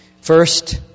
First